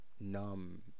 numb